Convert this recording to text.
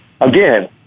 again